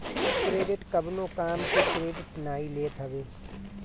credit कवनो काम के क्रेडिट नाइ लेत हवे